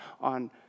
on